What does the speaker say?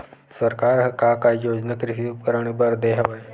सरकार ह का का योजना कृषि उपकरण बर दे हवय?